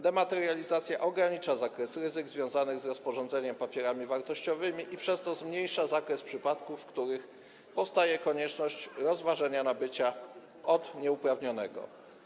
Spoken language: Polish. Dematerializacja ogranicza zakres ryzyk związanych z rozporządzaniem papierami wartościowymi i przez to zmniejsza zakres przypadków, w których powstaje konieczność rozważenia nabycia od nieuprawnionego.